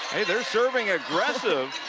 they're serving aggressive.